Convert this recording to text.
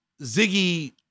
Ziggy